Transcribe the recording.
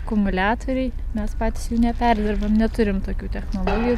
akumuliatoriai mes patys jų neperdirbam neturim tokių technologijų